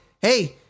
hey